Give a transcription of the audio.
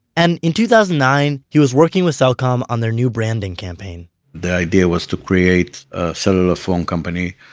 and in two thousand and nine he was working with cellcom on their new branding campaign the idea was to create a cellular phone company,